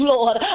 Lord